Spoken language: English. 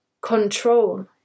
Control